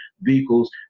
vehicles